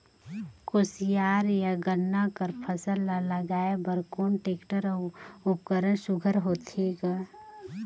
कोशियार या गन्ना कर फसल ल लगाय बर कोन टेक्टर अउ उपकरण सुघ्घर होथे ग?